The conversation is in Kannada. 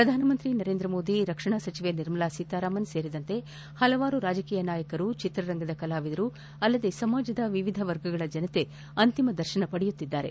ಪ್ರಧಾನಮಂತ್ರಿ ನರೇಂದ್ರಮೋದಿ ರಕ್ಷಣಾ ಸಚಿವೆ ನಿರ್ಮಲಾ ಸೀತಾರಾಮನ್ ಸೇರಿದಂತೆ ಹಲವಾರು ರಾಜಕೀಯ ನಾಯಕರು ಚಿತ್ರರಂಗದ ಕಲಾವಿದರು ಅಲ್ಲದೆ ಸಮಾಜದ ವಿವಿಧ ವರ್ಗಗಳ ಜನರು ಅಂತಿಮ ದರ್ಶನ ಪಡೆಯುತ್ತಿದ್ದಾರೆ